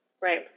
Right